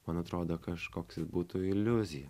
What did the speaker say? man atrodo kažkoks jis būtų iliuzija